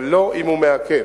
אבל לא אם הוא מעכב.